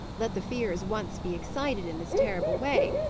let the fears once be excited in this terrible way,